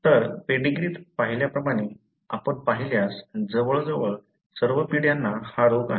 तर पेडीग्रीत पाहिल्याप्रमाणे आपण पाहिल्यास जवळजवळ सर्व पिढ्यांना हा रोग आहे